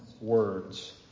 words